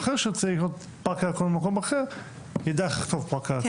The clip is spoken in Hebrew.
אחר שרוצה לקרוא פארק הירקון במקום אחר יידע איך לכתוב פארק הירקון.